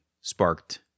sparked